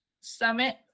summit